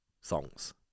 songs